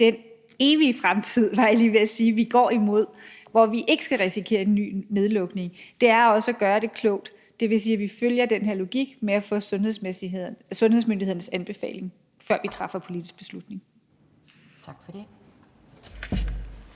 den evige fremtid, var jeg lige ved at sige, vi går imod, hvor vi ikke skal risikere en ny nedlukning, også er at gøre det klogt, det vil sige, at vi følger den her logik med at få sundhedsmyndighedernes anbefaling, før vi træffer en politisk beslutning. Kl.